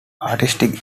artistic